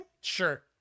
sure